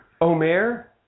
Omer